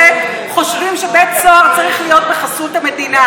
חושבים שבית סוהר צריך להיות בחסות המדינה,